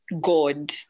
God